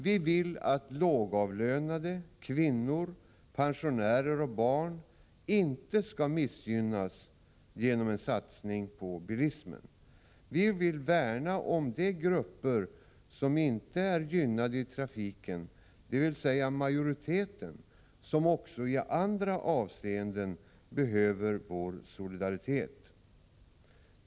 Vi vill att lågavlönade, kvinnor, pensionärer och barn inte skall missgynnas genom en satsning på bilismen. Vi vill värna om de grupper som inte är gynnade i trafiken, dvs. majoriteten, som också i andra avseenden behöver solidaritet.